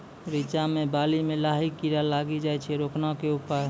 रिचा मे बाली मैं लाही कीड़ा लागी जाए छै रोकने के उपाय?